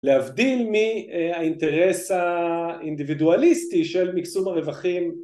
להבדיל מהאינטרס האינדיבידואליסטי של מקסום הרווחים